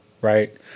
right